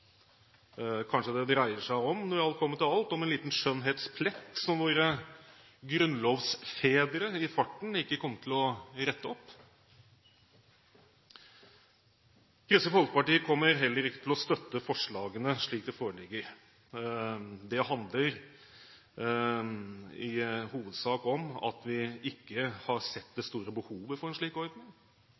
Kanskje dreier det seg, når alt kommer til alt, om en liten skjønnhetsplett som våre grunnlovsfedre i farten ikke kom til å rette opp. Kristelig Folkeparti kommer heller ikke til å støtte forslagene slik de foreligger. Det handler i hovedsak om at vi ikke har sett det store behovet for en slik ordning.